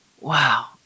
Wow